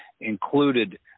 included